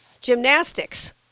Gymnastics